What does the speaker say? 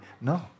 No